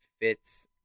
fits